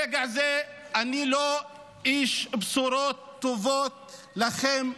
ברגע זה אני לא איש בשורות טובות לכם,